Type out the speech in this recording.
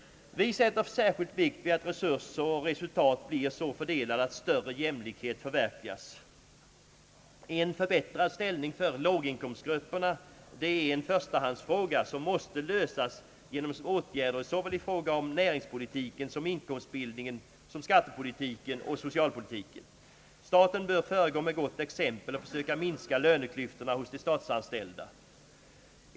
Vi fäster särskild vikt vid att resurser och resultat blir så fördelade att större jämlikhet förverkligas. En förbättrad ställning för låginkomstgrupperna är en förstahandsfråga, som måste lösas genom åtgärder avseende såväl näringspolitiken och inkomstbildningen som skattepolitiken och socialpolitiken. Staten bör också föregå med gott exempel och försöka minska löneklyftorna hos de statsanställda.